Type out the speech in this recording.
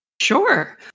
Sure